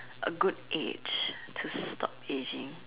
a good age to stop ageing